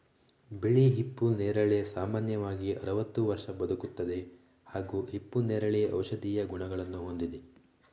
ಬಿಳಿ ಹಿಪ್ಪು ನೇರಳೆ ಸಾಮಾನ್ಯವಾಗಿ ಅರವತ್ತು ವರ್ಷ ಬದುಕುತ್ತದೆ ಹಾಗೂ ಹಿಪ್ಪುನೇರಳೆ ಔಷಧೀಯ ಗುಣಗಳನ್ನು ಹೊಂದಿದೆ